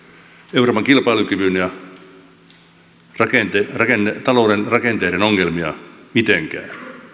euroopan kilpailukyvyn ja talouden rakenteiden ongelmia mitenkään